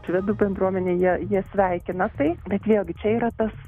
švedų bendruomenėje jie sveikina tai bet vėlgi čia yra tas